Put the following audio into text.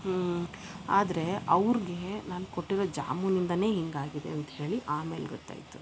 ಆದರೆ ಅವ್ರ್ಗೆ ನಾನು ಕೊಟ್ಟಿರೊ ಜಾಮೂನಿಂದನೆ ಹಿಂಗ್ ಆಗಿದೆ ಅಂತ್ಹೇಳಿ ಆಮೇಲೆ ಗೊತ್ತಾಯಿತು